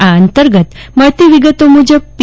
આ અંતર્ગત મળતી વિગતો મુજબ પી